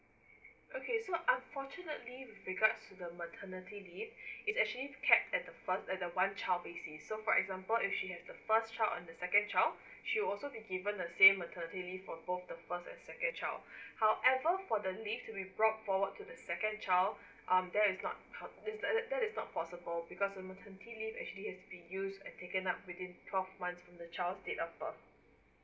okay so unfortunately regards to the maternity leave is actually cap at the first at the one child basis so for example if she has the first child or the second child she'll also be given the same maternity leave for the both first and second child however for the leave to be brought forward to the second child um that's not uh that's that's not possible because the maternity leave actually has to be used and taken up within twelve months from the child's date of birth